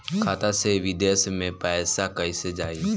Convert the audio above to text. खाता से विदेश मे पैसा कईसे जाई?